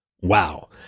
Wow